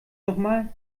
nochmal